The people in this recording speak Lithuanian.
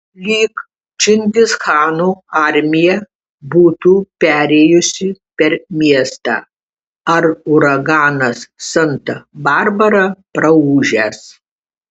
lyg čingischano armija būtų perėjusi per miestą ar uraganas santa barbara praūžęs